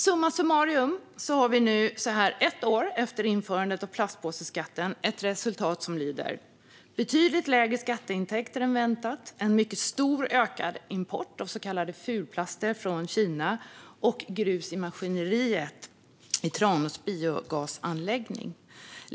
Summa summarum har vi nu så här ett år efter införandet av plastpåseskatten ett resultat som lyder: betydligt läge skatteintäkter än väntat, en mycket stor ökad import av så kallade fulplaster från Kina och grus i maskineriet i Tranås biogasanläggning.